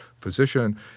physician